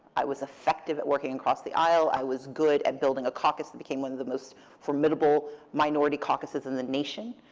i was effective at working across the aisle. i was good at building a caucus that became one of the most formidable minority caucuses in the nation.